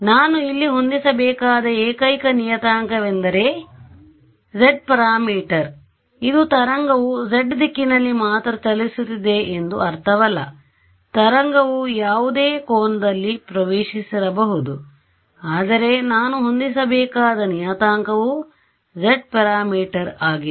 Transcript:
ನಾನು ಇಲ್ಲಿ ಹೊಂದಿಸಬೇಕಾದ ಏಕೈಕ ನಿಯತಾಂಕವೆಂದರೆ z ಪ್ಯಾರಾಮೀಟರ್ ಇದು ತರಂಗವು z ದಿಕ್ಕಿನಲ್ಲಿ ಮಾತ್ರ ಚಲಿಸುತ್ತಿದೆ ಎಂದು ಅರ್ಥವಲ್ಲ ತರಂಗವು ಯಾವುದೇ ಕೋನದಲ್ಲಿ ಪ್ರವೇಶಿಸಿರಬಹುದು ಆದರೆ ನಾನು ಹೊಂದಿಸಬೇಕಾದ ನಿಯತಾಂಕವು z ಪ್ಯಾರಾಮೀಟರ್ ಆಗಿದೆ